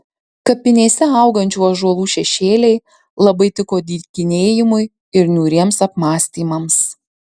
kapinėse augančių ąžuolų šešėliai labai tiko dykinėjimui ir niūriems apmąstymams